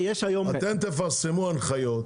אתם תפרסמו הנחיות.